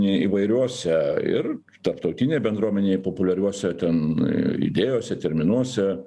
įvairiuose ir tarptautinėj bendruomenėj populiariuose ten idėjose terminuose